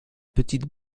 petites